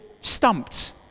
stumped